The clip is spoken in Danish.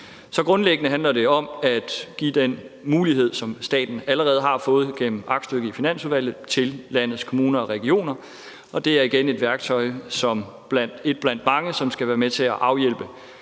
Så grundlæggende handler det om at give den mulighed, som staten allerede har fået gennem aktstykket i Finansudvalget, til landets kommuner og regioner, og det er igen et værktøj – et blandt mange – som skal være med til at afhjælpe